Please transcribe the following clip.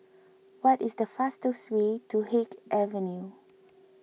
what is the fastest way to Haig Avenue